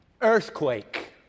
Earthquake